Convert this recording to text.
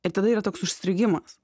ir tada yra toks užstrigimas